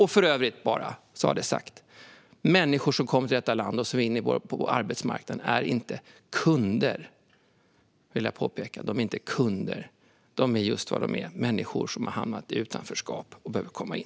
Och för att ha det sagt: Människor som kommer till detta land och vill in på vår arbetsmarknad är inte "kunder", vill jag påpeka. De är just vad de är - människor som har hamnat i utanförskap och behöver komma in.